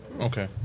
Okay